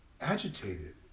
agitated